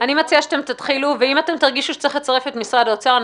אני מציעה שתתחילו ואם תרגישו שצריך לצרף את משרד האוצר,